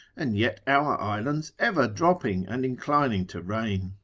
and yet our islands ever dropping and inclining to rain.